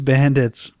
Bandits